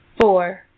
Four